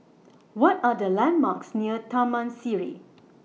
What Are The landmarks near Taman Sireh